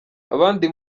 abandi